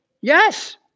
Yes